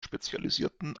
spezialisierten